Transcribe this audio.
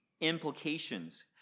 implications